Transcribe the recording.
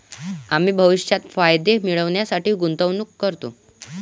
आम्ही भविष्यात फायदे मिळविण्यासाठी गुंतवणूक करतो